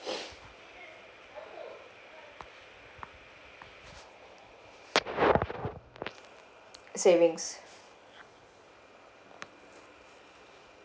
savings